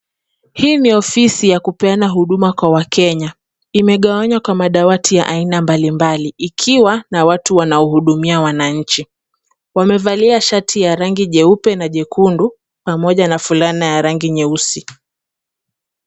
Hii ni ofisi ya kupeana huduma kwa wakenya. Imegawanywa kwa madawati ya aina mbali mbali ikiwa na watu wanao hudumia wananchi. Wamevalia shati ya rangi jeupe na jekundu pamoja na fulana ya rangi nyeusi.